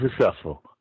successful